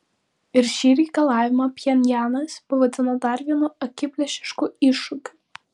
ir šį reikalavimą pchenjanas pavadino dar vienu akiplėšišku iššūkiu